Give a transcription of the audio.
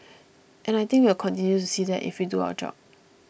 and I think we'll continue to see that if we do our job